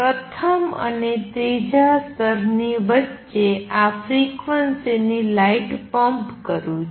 પ્રથમ અને ત્રીજા સ્તરની વચ્ચે આ ફ્રિક્વન્સીની લાઇટ પમ્પ કરું છુ